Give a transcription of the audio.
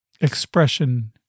expression